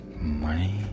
money